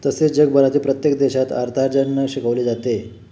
तसेच जगभरातील प्रत्येक देशात अर्थार्जन शिकवले जाते